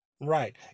right